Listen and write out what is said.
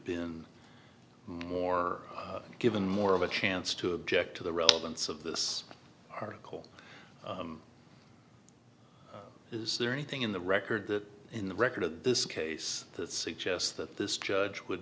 been more given more of a chance to object to the relevance of this article is there anything in the record that in the record of this case that suggests that this judge would